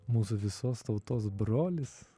mūsų visos tautos brolis